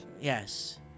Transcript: Yes